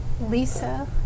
Lisa